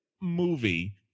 movie